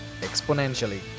exponentially